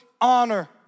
honor